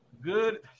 Good